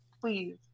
please